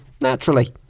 naturally